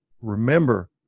remember